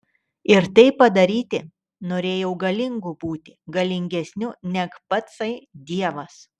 ir tai padaryti norėjau galingu būti galingesniu neg patsai dievas